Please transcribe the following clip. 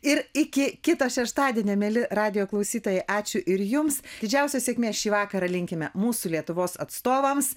ir iki kito šeštadienio mieli radijo klausytojai ačiū ir jums didžiausios sėkmės šį vakarą linkime mūsų lietuvos atstovams